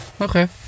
okay